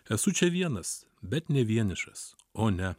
esu čia vienas bet ne vienišas o ne